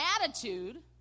attitude